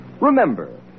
Remember